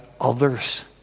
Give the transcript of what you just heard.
others